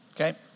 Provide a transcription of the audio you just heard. okay